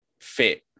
fit